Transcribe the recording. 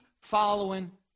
following